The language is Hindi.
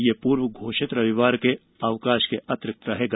यह पूर्व घोषित रविवार के अवकाश के अतिरिक्त रहेगा